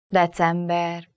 december